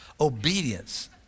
Obedience